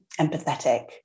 empathetic